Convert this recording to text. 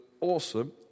awesome